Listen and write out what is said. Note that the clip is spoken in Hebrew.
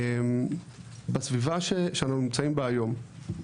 בסביבה שאנחנו נמצאים בה היום,